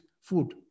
food